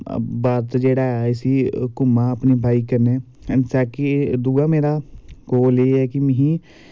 भारत जेह्ड़ा ऐ उसी घूमा अपनी बॉईक कन्नै दूआ मेरा गोल एह् ऐ कि मैं